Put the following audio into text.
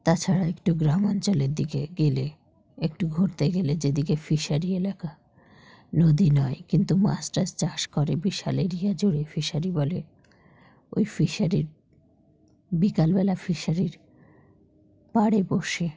তাছাড়া একটু গ্রামাঞ্চলের দিকে গেলে একটু ঘুরতে গেলে যেদিকে ফিশারি এলাকা নদী নয় কিন্তু মাছ টাছ চাষ করে বিশাল এরিয়া জুড়ে ফিশারি বলে ওই ফিশারির বিকালবেলা ফিশারির পাড়ে বসে